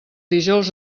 dijous